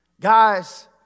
Guys